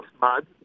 mud